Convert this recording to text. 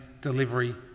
delivery